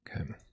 Okay